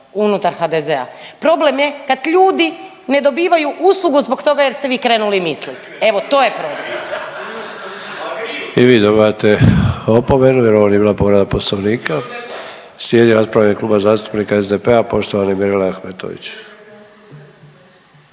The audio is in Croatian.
unutar HDZ-a, problem je kad ljudi ne dobivaju uslugu zbog toga jer ste vi krenuli mislit, evo to je problem. **Sanader, Ante (HDZ)** I vi dobivate opomenu jer ovo nije bila povreda poslovnika. Slijedi rasprava Kluba zastupnika SDP-a poštovane Mirele Ahmetović.